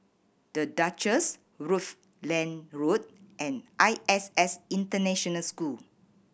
The Duchess Rutland Road and I S S International School